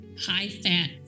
high-fat